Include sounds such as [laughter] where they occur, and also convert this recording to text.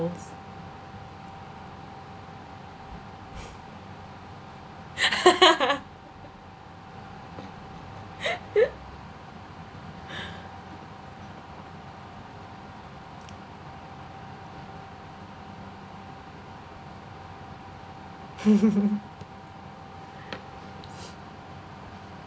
[laughs]